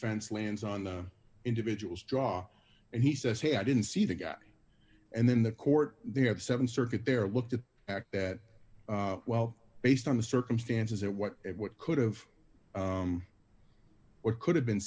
fence lands on the individual's jaw and he says hey i didn't see the guy and then the court they have seven circuit there look to act that well based on the circumstances that what it what could have what could have been